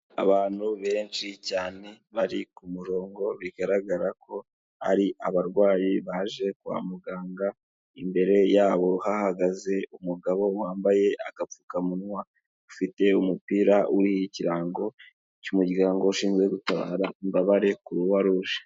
Abantu benshi cyane bari ku murongo bigaragara ko ari abarwayi baje kwa muganga, imbere yabo hahagaze umugabo wambaye agapfukamunwa, ufite umupira uriho ikirango cy'umuryango ushinzwe gutabara imbabare kuruwa ruje.